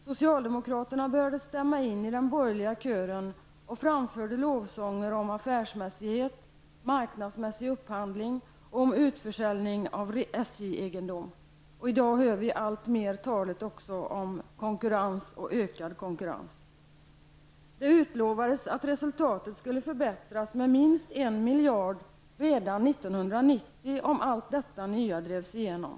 Socialdemokraterna började stämma in i den borgerliga kören och framförde lovsånger om och utförsäljning av SJ-egendom. I dag hör vi också alltmer tal om konkurrens och ökad konkurrens. Det utlovades att resultatet skulle förbättras med minst en miljard redan 1990, om allt detta nya drevs igenom.